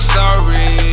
sorry